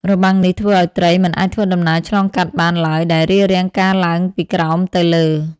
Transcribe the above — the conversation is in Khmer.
របាំងនេះធ្វើឱ្យត្រីមិនអាចធ្វើដំណើរឆ្លងកាត់បានឡើយដែលរារាំងការឡើងពីក្រោមទៅលើ។